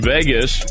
Vegas